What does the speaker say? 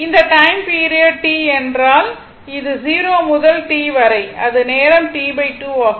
இந்த time period T என்றால் அது 0 முதல் T வரை இது நேரம் T2 ஆகும்